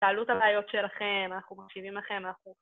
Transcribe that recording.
תעלו את הרעיונות שלכם, אנחנו מקשיבים לכם, אנחנו...